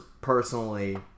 personally